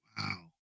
wow